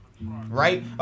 Right